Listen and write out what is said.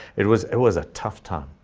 it was it was a tough time.